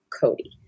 Cody